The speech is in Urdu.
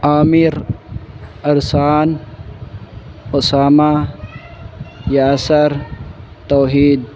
عامر ارسان اسامہ یاسر توحید